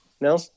No